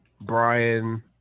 Brian